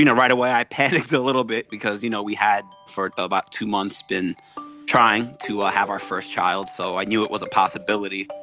you know right away i panicked a little bit because you know we had for about two months been trying to ah have our first child, so i knew it was a possibility.